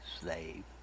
slave